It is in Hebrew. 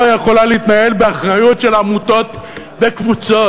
יכולה להתנהל באחריות של עמותות וקבוצות.